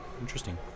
Interesting